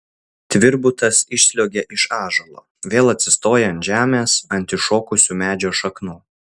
tvirbutas išsliuogia iš ąžuolo vėl atsistoja ant žemės ant iššokusių medžio šaknų